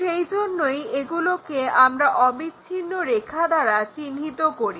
সেজন্যই এগুলোকে আমরা অবিচ্ছিন্ন রেখা দ্বারা চিহ্নিত করি